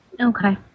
Okay